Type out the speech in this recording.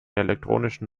elektronischen